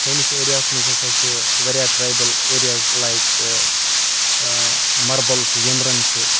سٲنِس ایریاہَس منٛز ہَسا چھِ واریاہ ٹرٛایبٕل ایریاز لایک مَربَل چھِ یِمرَن چھِ